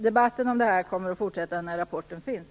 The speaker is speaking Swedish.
Debatten om detta kommer att fortsätta när rapporten finns.